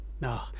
No